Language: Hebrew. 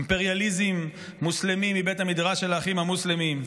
אימפריאליזם מוסלמי מבית המדרש של האחים המוסלמים,